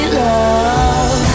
love